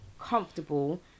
comfortable